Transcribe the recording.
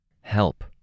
Help